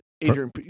Adrian